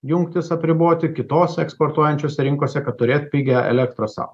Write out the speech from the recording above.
jungtis apriboti kitose eksportuojančiose rinkose kad turėt pigią elektrą sau